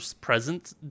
present